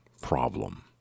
problem